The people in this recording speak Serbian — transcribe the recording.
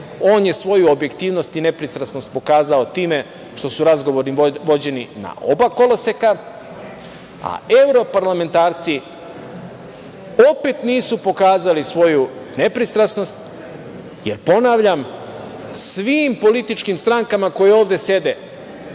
On je svoju objektivnost i nepristrasnost pokazao time što su razgovori vođeni na oba koloseka, a evro parlamentarci opet nisu pokazali svoju nepristrasnost, jer ponavljam, svim političkim strankama koje ovde sede